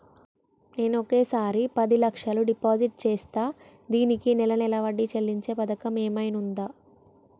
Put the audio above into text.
నేను ఒకేసారి పది లక్షలు డిపాజిట్ చేస్తా దీనికి నెల నెల వడ్డీ చెల్లించే పథకం ఏమైనుందా?